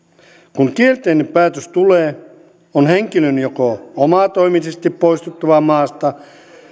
kun kielteinen päätös tulee on henkilön joko omatoimisesti poistuttava maasta